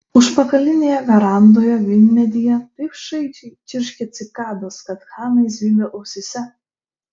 užpakalinėje verandoje vynmedyje taip šaižiai čirškė cikados kad hanai zvimbė ausyse